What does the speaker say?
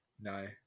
No